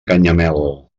canyamel